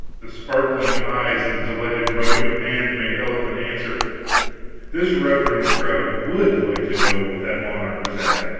the sparkling eyes and the delighted rubbing of hands made eloquent answer this reverend crowd would like to know what that monarch was at,